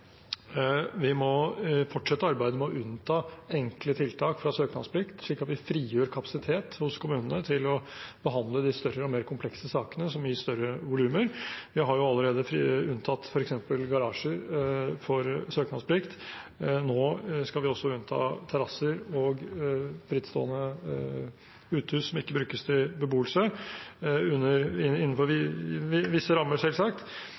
Vi må fortsette arbeidet med å unnta enkle tiltak fra søknadsplikt slik at vi frigjør kapasitet hos kommunene til å behandle de større og mer komplekse sakene som gir større volumer. Vi har allerede unntatt f.eks. garasjer for søknadsplikt. Nå skal vi også unnta terrasser og frittstående uthus som ikke brukes til beboelse – innenfor visse rammer, selvsagt.